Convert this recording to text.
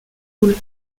coule